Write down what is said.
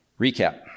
Recap